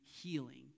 healing